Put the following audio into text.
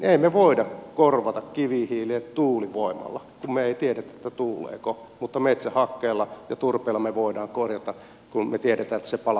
emmehän me voi korvata kivihiiltä tuulivoimalla kun me emme tiedä tuuleeko mutta metsähakkeella ja turpeella me voimme korvata kun me tiedämme että se palaa kattilassa